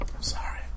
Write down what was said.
sorry